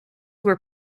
were